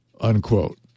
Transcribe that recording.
unquote